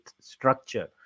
structure